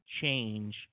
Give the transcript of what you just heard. Change